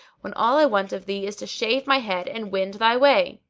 when all i want of thee is to shave my head and wend thy way!